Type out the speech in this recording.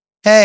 Hey